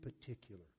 particular